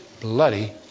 bloody